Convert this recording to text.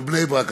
בבני-ברק,